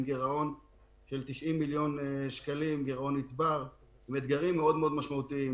גירעון נצבר של 90 מיליון שקלים ועם אתגרים מאוד משמעותיים.